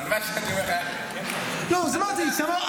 אמרתי לך, תראה,